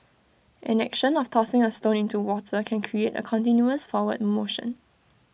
an action of tossing A stone into water can create A continuous forward motion